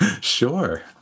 sure